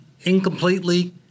incompletely